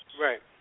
right